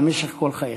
במשך כל חייכם?